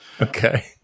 Okay